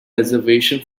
reservation